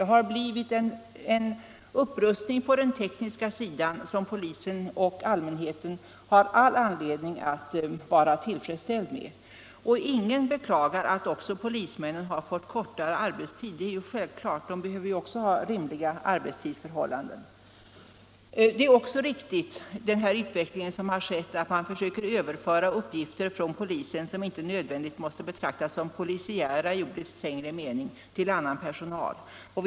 Det har blivit en upprustning på den tekniska sidan som polisen och allmänheten har all anledning att vara tillfredsställda med. Ingen beklagar att också polismännen har fått kortare arbetstid — det är självklart att även de behöver ha rimliga arbetstidsförhållanden. Att man försöker överföra uppgifter från polisen, som inte nödvändigtvis måste betraktas som polisiära i ordets trängre mening, till annan personal är också en riktig utveckling.